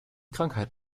krankheit